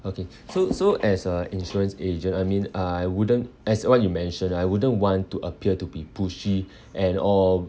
okay so so as a insurance agent I mean uh I wouldn't as what you mentioned I wouldn't want to appear to be pushy and all